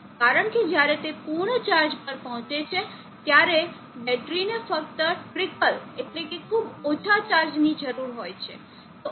કારણ કે જ્યારે તે પૂર્ણ ચાર્જ પર પહોંચે છે ત્યારે બેટરીને ફક્ત ટ્રિકલ એટલેકે ખુબ ઓછા ચાર્જની જરૂર હોય છે